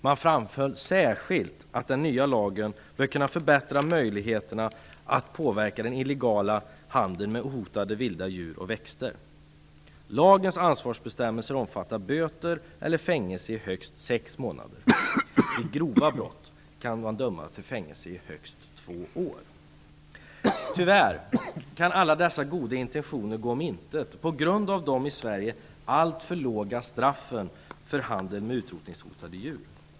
Man framhöll särskilt att den nya lagen bör kunna förbättra möjligheterna att påverka den illegala handeln med hotade vilda djur och växter. Lagens ansvarsbestämmelser omfattar böter eller fängelse i högst sex månader. Vid grova brott kan man dömas till fängelse i högst två år. Tyvärr kan alla dessa goda intentioner gå om intet på grund av de i Sverige alltför låga straffen för handel med utrotningshotade djur.